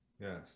Yes